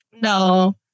no